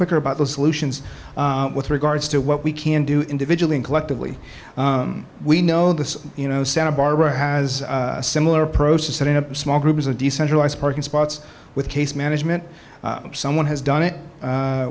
quicker about the solutions with regards to what we can do individually and collectively we know that you know santa barbara has a similar approach that in a small group is a decentralized parking spots with case management someone has done it